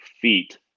feet